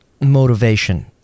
motivation